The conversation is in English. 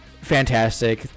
fantastic